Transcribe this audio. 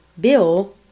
Bill